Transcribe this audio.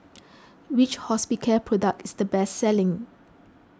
which Hospicare product is the best selling